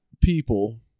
people